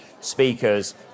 speakers